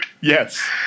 Yes